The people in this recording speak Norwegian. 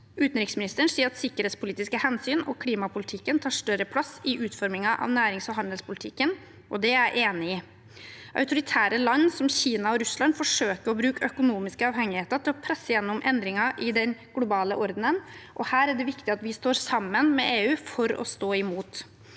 Utenriksministeren sier at sikkerhetspolitiske hensyn og klimapolitikken tar større plass i utformingen av nærings- og handelspolitikken, og det er jeg enig i. Autoritære land som Kina og Russland forsøker å bruke økonomiske avhengigheter til å presse gjennom endringer i den globale ordenen, og her er det viktig at vi står sammen med EU, for å stå imot.